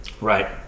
Right